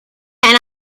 can